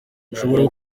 ushobora